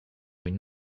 une